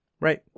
Right